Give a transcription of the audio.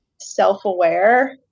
self-aware